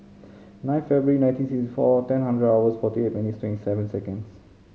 nine February nineteen sixty four ten hundred was forty eight minute twenty seven second